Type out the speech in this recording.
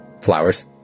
Flowers